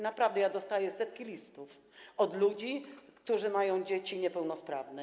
Naprawdę, dostaję setki listów od ludzi, którzy mają dzieci niepełnosprawne.